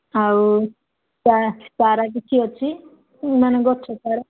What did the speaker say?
ଆଉ ସାର କିଛି ଅଛି ନା ନା ଗଛ ସାର